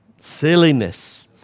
Silliness